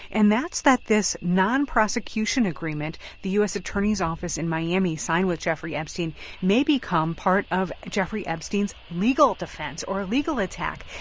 and that's that this non-prosecution agreement the u s. attorney's office in miami signed with jeffrey epstein may become part of jeffrey epstein's legal defense or legal attack.